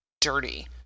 dirty